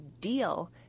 deal